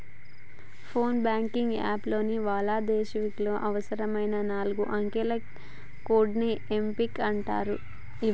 phone banking app లో లావాదేవీలకు అవసరమైన నాలుగు అంకెల కోడ్ని ఏం పిన్ అంటారు